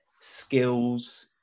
skills